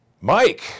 Mike